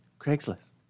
Craigslist